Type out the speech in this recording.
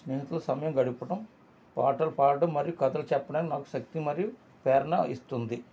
స్నేహితులతో సమయం గడపడం పాటలు పాడడం మరి కథలు చెప్పడం నాకు శక్తి మరియు ప్రేరణ ఇస్తుంది